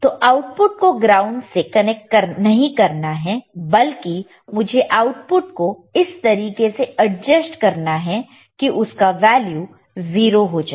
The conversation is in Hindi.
तो आउटपुट को ग्राउंड से कनेक्ट नहीं करना है बल्कि मुझे आउटपुट को इस तरीके से एडजस्ट करना है कि उसका वैल्यू 0 हो जाए